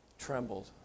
trembled